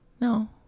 No